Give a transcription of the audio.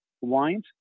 Wines